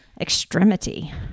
extremity